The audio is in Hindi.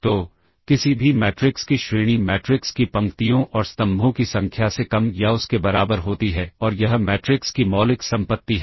तो किसी भी मैट्रिक्स की श्रेणी मैट्रिक्स की पंक्तियों और स्तंभों की संख्या से कम या उसके बराबर होती है और यह मैट्रिक्स की मौलिक संपत्ति है